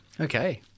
Okay